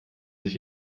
sich